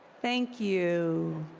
thank you.